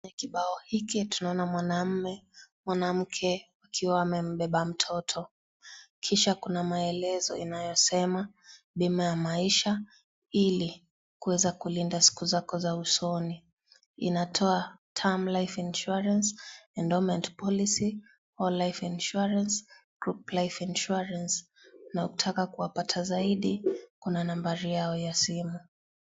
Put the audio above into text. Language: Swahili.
Kwenye kibao hiki tunaona mwanamume, mwanamke wakiwa wamembeba mtoto kisha kuna maelezo inayosema bima ya maisha ili kuweza kulinda sikus zako za usoni. Inatoa term life insurance, endowment policy, all life insurance, group life insurance na ukitaka kuwapata zaidi kuna nambari yao ya simu.